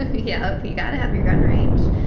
ah yeah. you got to have your gun range